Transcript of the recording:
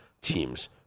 teams